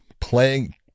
playing